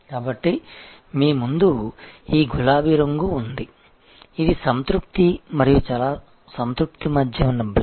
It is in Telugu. కాబట్టి మీ ముందు ఈ గులాబీ రంగు ఉంది ఇది సంతృప్తి మరియు చాలా సంతృప్తి మధ్య ఉన్న బ్లాక్